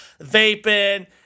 vaping